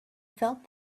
felt